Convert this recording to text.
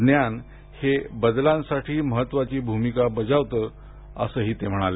ज्ञान हे बदलांसाठी महत्त्वाची भूमिका बजावतं असंही ते म्हणाले